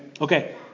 Okay